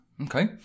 Okay